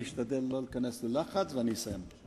אני אשתדל שלא להיכנס ללחץ, ואני אסיים.